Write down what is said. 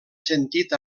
sentit